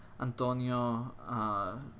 Antonio